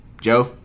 Joe